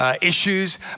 issues